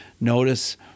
notice